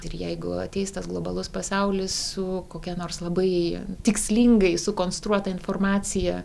ir jeigu ateis tas globalus pasaulis su kokia nors labai tikslingai sukonstruota informacija